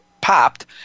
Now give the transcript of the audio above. popped